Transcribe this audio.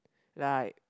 like